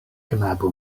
knabo